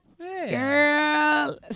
Girl